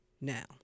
now